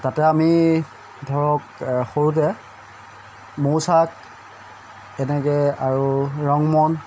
তাতে আমি ধৰক সৰুতে মৌচাক এনেকৈ আৰু ৰংমন